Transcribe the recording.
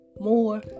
more